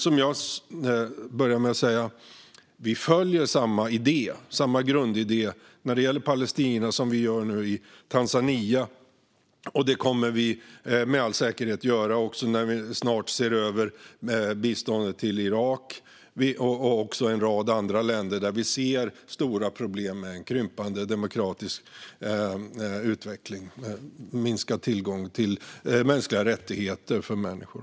Som jag började med att säga följer vi samma grundidé när det gäller Palestina som vi gör i Tanzania. Det kommer vi med all säkerhet att göra också när vi snart ser över biståndet till Irak och en rad andra länder där vi ser stora problem med en krympande demokratisk utveckling och minskad tillgång till mänskliga rättigheter för människor.